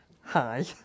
hi